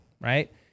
right